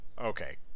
Okay